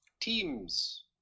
teams